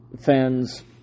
fans